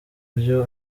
byo